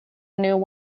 new